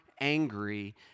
angry